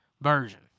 version